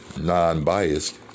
non-biased